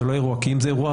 כי אם זה אירוע